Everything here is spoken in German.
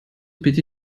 bitte